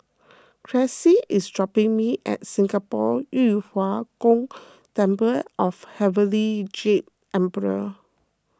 Cressie is dropping me at Singapore Yu Huang Gong Temple of Heavenly Jade Emperor